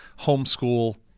homeschool